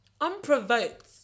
unprovoked